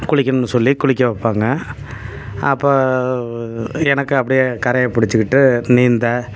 குளிக்கணும்னு சொல்லி குளிக்க வைப்பாங்க அப்போது எனக்கு அப்படியே கரையை பிடிச்சிக்கிட்டு நீந்த